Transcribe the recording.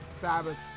Sabbath